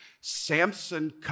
Samson